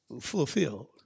fulfilled